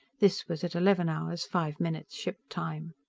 this was at eleven hours five minutes ship time.